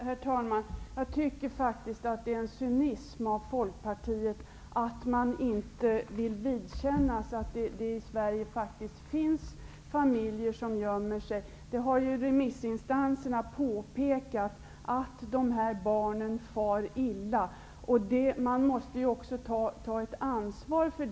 Herr talman! Jag tycker att det är cyniskt av Folkpartiet att man inte vill vidkänna att det i Sverige faktiskt finns familjer som gömmer sig. Remissinstanserna har ju påpekat att dessa barn far illa. Och det måste man ta ansvar för.